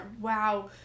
Wow